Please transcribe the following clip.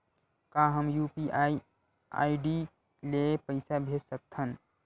का हम UPI ID ले पईसा भेज सकथन?